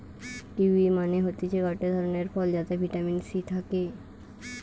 kiwi মানে হতিছে গটে ধরণের ফল যাতে ভিটামিন সি থাকে